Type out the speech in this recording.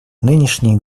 нынешний